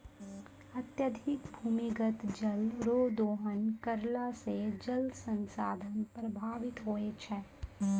अत्यधिक भूमिगत जल रो दोहन करला से जल संसाधन प्रभावित होय छै